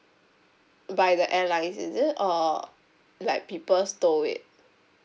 by the airlines is it or like people stole it